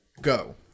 Go